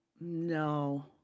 no